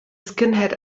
skinhead